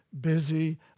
busy